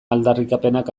aldarrikapenak